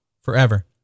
forever